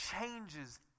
changes